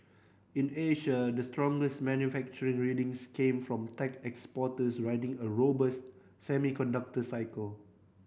in Asia the strongest manufacturing readings came from tech exporters riding a robust semiconductor cycle